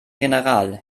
general